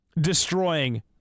destroying